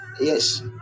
Yes